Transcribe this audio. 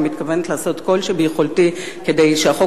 ומתכוונת לעשות כל שביכולתי כדי שהחוק